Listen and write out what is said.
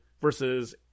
versus